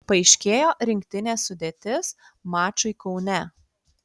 paaiškėjo rinktinės sudėtis mačui kaune